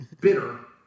bitter